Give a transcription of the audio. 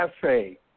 Cafe